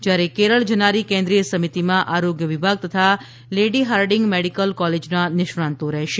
જ્યારે કેરળ જનારી કેન્દ્રીય સમિતિમાં આરોગ્ય વિભાગ તથા લેડી હાર્ડિંગ મેડિકલ કોલેજના નિષ્ણાંતો રહેશે